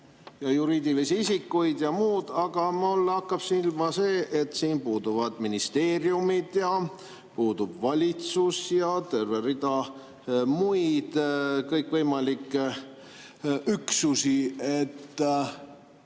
juriidilisi isikuid ja muud. Aga mulle hakkab silma see, et siin puuduvad ministeeriumid, puudub valitsus ja terve rida muid kõikvõimalikke üksusi.